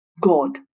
God